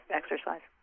exercise